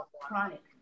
chronic